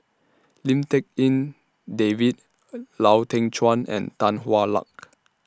Lim Tik En David Lau Teng Chuan and Tan Hwa Luck